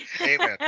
Amen